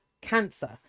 cancer